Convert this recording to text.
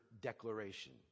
declaration